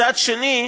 מצד שני,